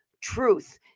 truth